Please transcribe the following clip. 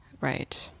right